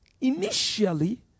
initially